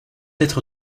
être